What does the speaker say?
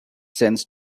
sense